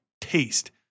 taste